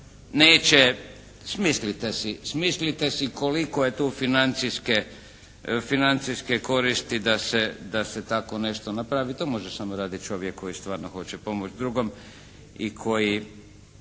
Neće, smislite si koliko je tu financijske koristi da se tako nešto napravi. To može samo raditi čovjek koji stvarno hoće pomoći drugom i koji